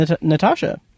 Natasha